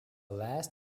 last